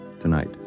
Tonight